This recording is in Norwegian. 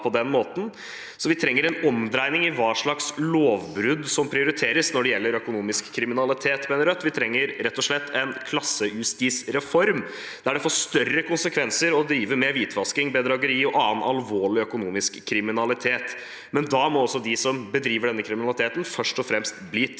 vi trenger en omdreining i hva slags lovbrudd som prioriteres når det gjelder økonomisk kriminalitet. Vi trenger rett og slett en klassejustisreform der det får større konsekvenser å drive med hvitvasking, bedrageri og annen alvorlig økonomisk kriminalitet, men da må de som bedriver denne kriminaliteten, først og fremst bli tatt.